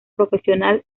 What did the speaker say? profesional